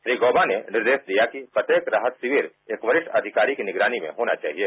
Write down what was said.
श्री गौवा ने निर्देश दिया कि प्रत्येक राहत शिविर एक वरिष्ह अधिकारी की निगरानी में होना चाहिए